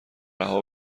رها